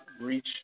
reach